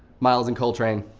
miles and coltrane,